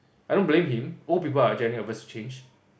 I don't blame him old people are generally averse to change